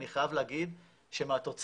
אני חייב להגיד שמהתוצאות,